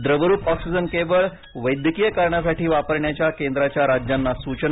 द्रवरूप ऑक्सिजन केवळ वैद्यकीय कारणासाठी वापरण्याच्या केंद्राच्या राज्यांना सूचना